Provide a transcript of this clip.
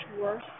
worse